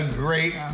great